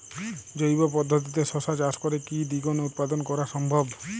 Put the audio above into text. জৈব পদ্ধতিতে শশা চাষ করে কি দ্বিগুণ উৎপাদন করা সম্ভব?